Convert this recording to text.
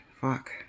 Fuck